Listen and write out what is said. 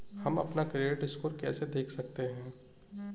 हम अपना credit score कैसे देख सकते हैं?